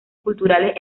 culturales